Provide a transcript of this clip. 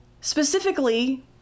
specifically